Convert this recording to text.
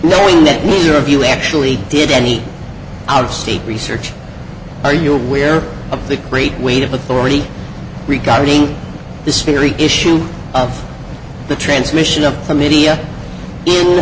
knowing that neither of us actually did any out of state research are you aware of the great weight of authority regarding this theory issue of the transmission of the media in